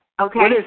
Okay